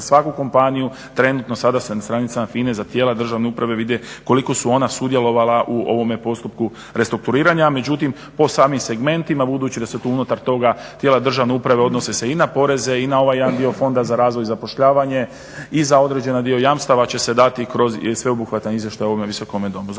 svaku kompaniju trenutno sada se na stranicama FINA-e za tijela državne uprave vide koliko su ona sudjelovala u ovome postupku restrukturiranja. Međutim, po samim segmentima budući da su unutar toga tijela državne uprave odnose se i na poreze i na ovaj jedan dio fonda za razvoj i zapošljavanje i za određeni dio jamstava će se dati kroz sveobuhvatan izvještaj u ovome Visokome domu.